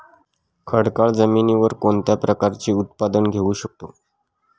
खडकाळ जमिनीवर कोणत्या प्रकारचे उत्पादन घेऊ शकतो?